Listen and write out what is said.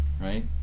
right